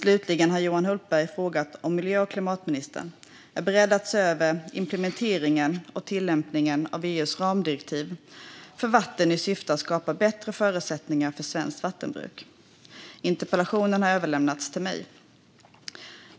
Slutligen har Johan Hultberg frågat om miljö och klimatministern är beredd att se över implementeringen och tillämpningen av EU:s ramdirektiv för vatten i syfte att skapa bättre förutsättningar för svenskt vattenbruk. Interpellationen har överlämnats till mig.